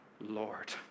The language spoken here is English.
Lord